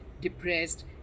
depressed